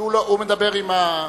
הוא מדבר עם,